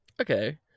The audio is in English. Okay